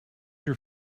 your